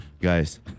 guys